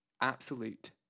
absolute